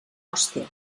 hòstia